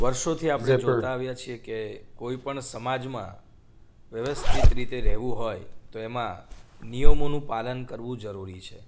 વર્ષોથી આપણે જોતાં આવ્યા છીએ કે કોઈપણ સમાજમાં વ્યવસ્થિત રીતે રહેવું હોય તો એમાં નિયમોનું પાલન કરવું જરૂરી છે